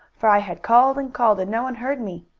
for i had called and called, and no one heard me.